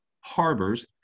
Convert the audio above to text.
harbors